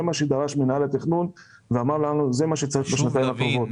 זה מה שדרש מינהל התכנון ואמר לנו שזה מה שצריך בשנתיים הקרובות.